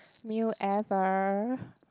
meal ever